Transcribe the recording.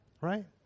right